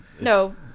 No